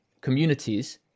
communities